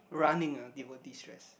running ah it will destress